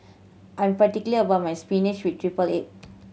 I'm particular about my spinach with triple egg